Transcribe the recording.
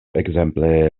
ekzemple